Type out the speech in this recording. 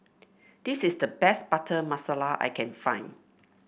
this is the best Butter Masala I can find